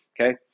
okay